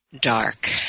dark